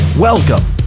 Welcome